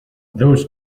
those